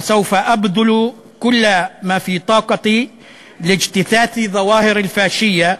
ואעשה כל אשר ביכולתי לעקור מן השורש תופעות של פאשיזם,